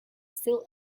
still